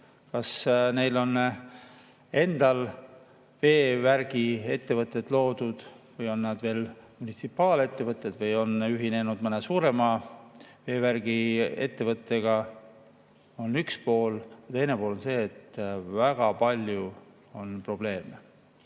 kas neil on endal veevärgiettevõtted loodud või on need veel munitsipaalettevõtted või ühinenud mõne suurema veevärgiettevõttega, on üks pool. Teine pool on see, et väga palju on probleeme.